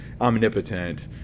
omnipotent